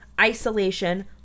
isolation